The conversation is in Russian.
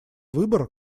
выбор